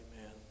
Amen